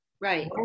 right